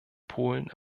polen